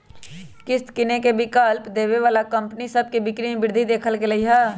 किस्त किनेके विकल्प देबऐ बला कंपनि सभ के बिक्री में वृद्धि देखल गेल हइ